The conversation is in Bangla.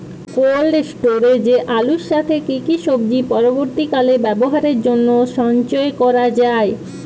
কোল্ড স্টোরেজে আলুর সাথে কি কি সবজি পরবর্তীকালে ব্যবহারের জন্য সঞ্চয় করা যায়?